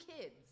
kids